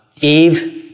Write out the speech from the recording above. eve